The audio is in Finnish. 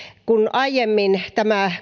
kun aiemmin tämä